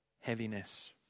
heaviness